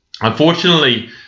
Unfortunately